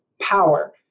power